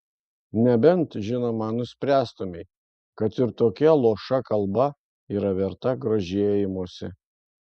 nebent žinoma nuspręstumei kad ir tokia luoša kalba yra verta grožėjimosi